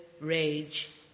rage